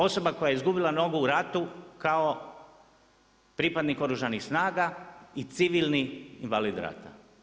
Osoba koja je izgubila nogu u ratu kao pripadnik Oružanih snaga i civilni invalid rata.